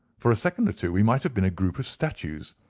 for a second or two we might have been a group of statues.